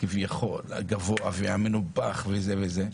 הגבוה והמנופח כביכול.